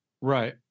Right